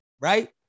right